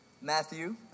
Matthew